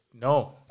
no